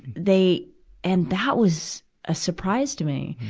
they and that was a surprise to me.